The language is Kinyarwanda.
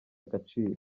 agaciro